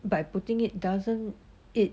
by putting it doesn't it